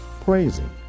Praising